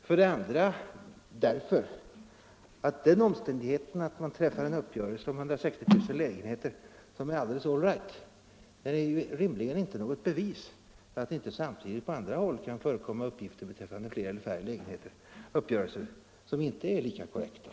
För det andra är den omständigheten att man träffar en uppgörelse för 160 000 lägenheter som är alldeles all right inte något bevis på att det inte samtidigt på andra håll kan förekomma uppgörelser beträffande flera eller färre lägenheter som inte är lika korrekta.